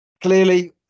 Clearly